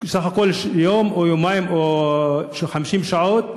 סך הכול יום או יומיים, או 50 שעות.